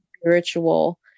spiritual